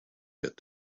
get